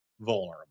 vulnerable